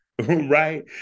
Right